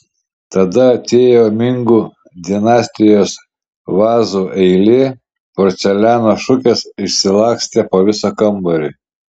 tada atėjo mingų dinastijos vazų eilė porceliano šukės išsilakstė po visą kambarį